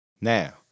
Now